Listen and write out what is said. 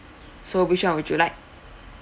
so which [one] would you like